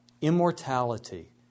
immortality